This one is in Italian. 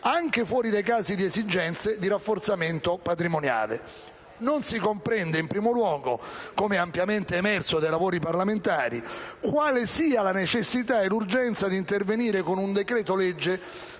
anche fuori dai casi di esigenze di rafforzamento patrimoniale. Non si comprende, in primo luogo, come ampiamente emerso dai lavori parlamentari, quale sia la necessità e l'urgenza di intervenire con un decreto-legge